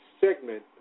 segment